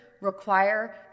require